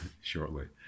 shortly